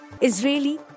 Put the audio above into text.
Israeli